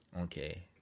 Okay